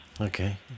Okay